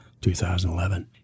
2011